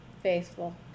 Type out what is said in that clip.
faithful